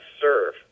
serve